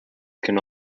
can